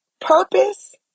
purpose